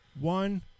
one